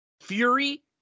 Fury